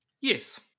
Yes